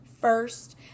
first